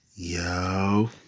Yo